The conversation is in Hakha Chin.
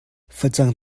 facang